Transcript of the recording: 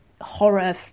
horror